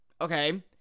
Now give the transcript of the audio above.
Okay